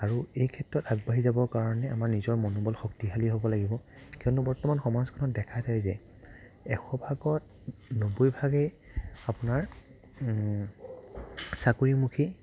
আৰু এইক্ষেত্ৰত আমি আগবাঢ়ি যাবৰ কাৰণে আমাৰ মনোবল শক্তিশালী হ'ব লাগিব কিয়নো বৰ্তমান সমাজখনত দেখা যায় যে এশভাগৰ নব্বৈভাগেই আপোনাৰ চাকৰিমুখী